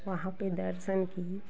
वहाँ पर दर्शन की